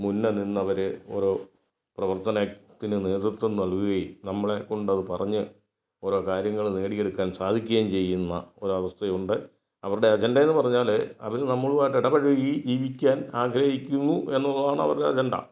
മുൻപേ നിന്നവർ പ്ര പ്രവർത്തനത്തിന് നേതൃത്വം നൽകുകയും നമ്മളെ കൊണ്ടത് പറഞ്ഞ് ഓരോ കാര്യങ്ങൾ നേടിയെടുക്കാൻ സാധിക്കുകയും ചെയ്യുന്ന ഒരവസ്ഥയുണ്ട് അവരുടെ അജണ്ടയെന്ന് പറഞ്ഞാൽ അവർ നമ്മളുമായിട്ട് ഇടപഴകി ജീവിക്കാൻ ആഗ്രഹിക്കുന്നു എന്നുള്ളതാണ് അവരുടെ അജണ്ട